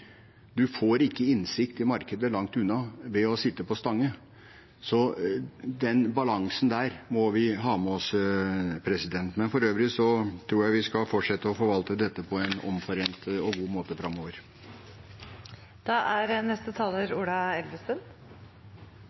får ikke innsikt i markeder langt unna ved å sitte på Stange. Den balansen må vi ha med oss. For øvrig tror jeg vi skal fortsette å forvalte dette på en omforent og god måte framover.